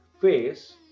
face